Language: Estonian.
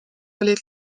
olid